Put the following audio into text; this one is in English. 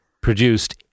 produced